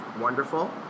Wonderful